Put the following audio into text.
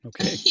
Okay